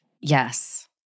Yes